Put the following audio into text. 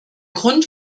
grund